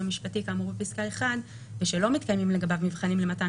משפטי כאמור בפסקה (1) ושלא מתקיימים לגביו מבחנים למתן